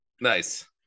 Nice